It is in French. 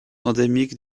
endémique